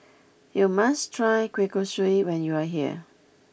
you must try Kueh Kosui when you are here